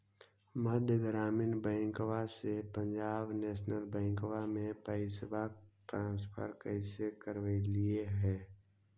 मध्य ग्रामीण बैंकवा से पंजाब नेशनल बैंकवा मे पैसवा ट्रांसफर कैसे करवैलीऐ हे?